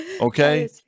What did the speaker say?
Okay